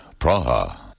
Praha